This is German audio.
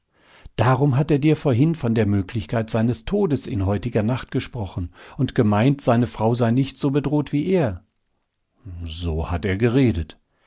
darum hat er dir vorhin von der möglichkeit seines todes in heutiger nacht gesprochen und gemeint seine frau sei nicht so bedroht wie er so hat er geredet